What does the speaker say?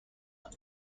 town